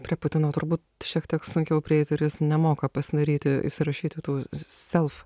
prie putino turbūt šiek tiek sunkiau prieiti ir jis nemoka pasidaryti įsirašyti tų self